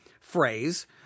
phrase